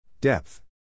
Depth